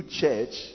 church